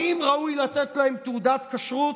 האם ראוי לתת להם תעודת כשרות?